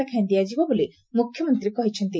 ଲେଖାଏଁ ଦିଆଯିବ ବୋଲି ମୁଖ୍ୟମନ୍ତୀ କହିଛନ୍ତି